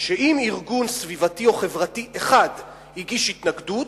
שאם ארגון סביבתי או חברתי אחד הגיש התנגדות,